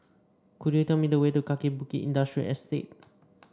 could you tell me the way to Kaki Bukit Industrial Estate